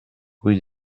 rue